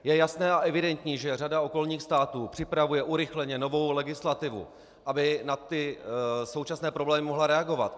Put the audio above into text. Je jasné a evidentní, že řada okolních států připravuje urychleně novou legislativu, aby na současné problémy mohla reagovat.